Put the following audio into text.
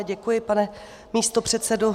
Děkuji, pane místopředsedo.